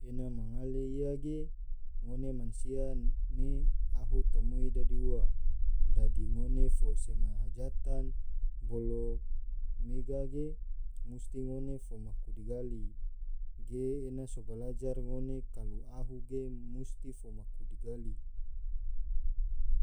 ena mangale ia ge ngone mansia ahu tomoi dadi ua dadi ngone fo sema hajatan bolo mega ge musti ngone fo maku digali, ge ena fo balajar ngone kalu ahu ge musti fo maku digali.